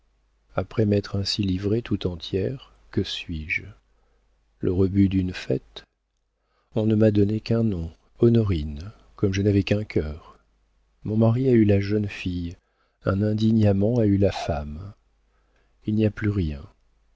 après m'être ainsi livrée tout entière que suis-je le rebut d'une fête on ne m'a donné qu'un nom honorine comme je n'avais qu'un cœur mon mari a eu la jeune fille un indigne amant a eu la femme il n'y a plus rien